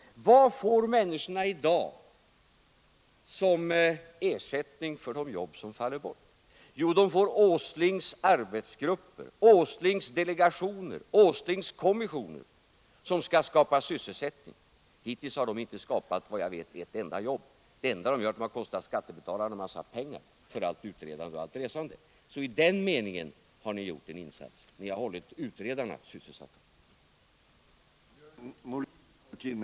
Vad får människorna i dag som ersättning för de jobb som faller bort? Jo, de får Åslings arbetsgrupper, Åslings delegationer och Åslings kommissioner som skall skapa sysselsättning. Hittills har de inte skapat, vad jag vet, ett enda jobb. Det enda de gör är att de kostar skattebetalarna en massa pengar för allt utredande och allt resande. I den meningen har ni gjort en insats — ni har hållit utredarna sysselsatta.